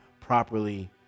properly